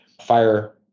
fire